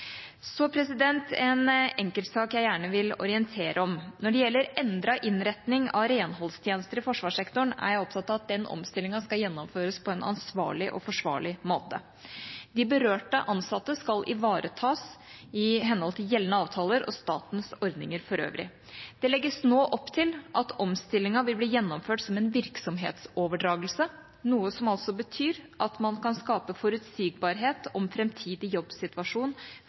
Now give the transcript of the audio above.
Så en enkeltsak jeg gjerne vil orientere om. Når det gjelder endret innretning av renholdstjenester i forsvarssektoren, er jeg opptatt av at den omstillingen skal gjennomføres på en ansvarlig og forsvarlig måte. De berørte ansatte skal ivaretas i henhold til gjeldende avtaler og statens ordninger for øvrig. Det legges nå opp til at omstillingen vil bli gjennomført som en virksomhetsoverdragelse, noe som altså betyr at man kan skape forutsigbarhet om fremtidig jobbsituasjon